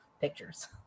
pictures